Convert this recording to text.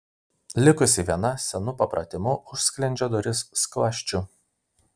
likusi viena senu papratimu užsklendžia duris skląsčiu